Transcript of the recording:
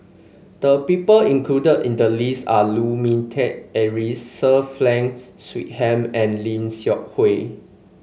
the people included in the list are Lu Ming Teh Earl Sir Frank Swettenham and Lim Seok Hui